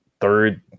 third